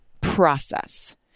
process